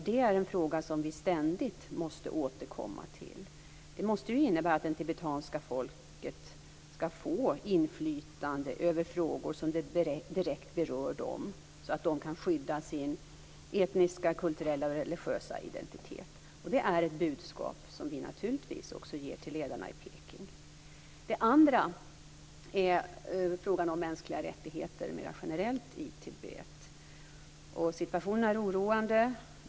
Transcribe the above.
Det är en fråga som vi ständigt måste återkomma till. Det tibetanska folket måste få inflytande över de frågor som direkt berör människorna där, så att de kan skydda sin etniska, kulturella och religiösa identitet. Och det är ett budskap som vi naturligtvis riktar också till ledarna i Peking. Sedan gäller det frågan om mänskliga rättigheter mera generellt i Tibet. Situationen är oroande.